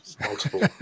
multiple